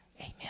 Amen